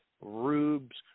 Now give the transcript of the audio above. rubes